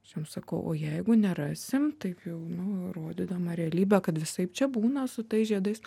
aš jam sakau o jeigu nerasim taip jau nu rodydama realybę kad visaip čia būna su tais žiedais